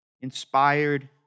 inspired